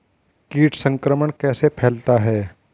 कीट संक्रमण कैसे फैलता है?